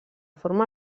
forma